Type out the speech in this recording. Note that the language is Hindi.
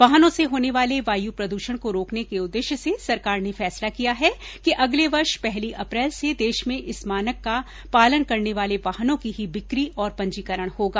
वाहनों से होने वाले वायु प्रदूषण को रोकने के उद्देश्य से सरकार ने फैसला किया है कि अगले वर्ष पहली अप्रैल से देश में इस मानक का पालन करने वाले वाहनों की ही बिक्री और पंजीकरण होगा